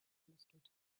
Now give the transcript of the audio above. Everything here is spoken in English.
understood